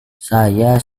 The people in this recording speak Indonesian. saya